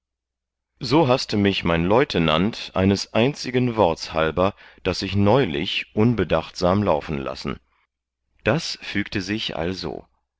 so haßte mich mein leutenant eines einzigen worts halber das ich neulich unbedachtsam laufen lassen das fügte sich also